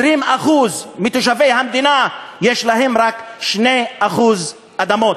20% מתושבי המדינה, יש להם רק 2% אדמות.